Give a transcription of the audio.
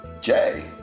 Jay